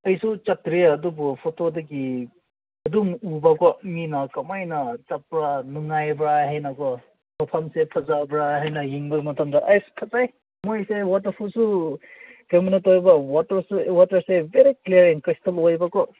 ꯑꯩꯁꯨ ꯆꯠꯇ꯭ꯔꯤꯌꯦ ꯑꯗꯨꯕꯨ ꯐꯣꯇꯣꯗꯒꯤ ꯑꯗꯨꯝ ꯎꯕ ꯀꯣ ꯃꯤꯅ ꯀꯃꯥꯏꯅ ꯆꯠꯄ ꯅꯨꯡꯉꯥꯏꯕ꯭ꯔꯥ ꯍꯥꯏꯅ ꯀꯣ ꯃꯐꯝꯁꯦ ꯐꯖꯕ꯭ꯔꯥ ꯍꯥꯏꯅ ꯌꯦꯡꯕ ꯃꯇꯝꯗ ꯑꯩꯁ ꯐꯖꯩ ꯃꯣꯏꯁꯦ ꯋꯥꯇꯔꯐꯣꯜꯁꯨ ꯀꯃꯥꯏꯅ ꯇꯧꯕ ꯋꯥꯇꯔꯁꯨ ꯋꯥꯇꯔꯁꯦ ꯕꯦꯔꯤ ꯀ꯭ꯂꯤꯌꯥꯔ ꯑꯦꯟ ꯀ꯭ꯔꯤꯁꯇꯜ ꯑꯣꯏꯕꯀꯣ